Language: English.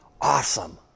Awesome